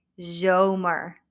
zomer